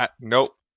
nope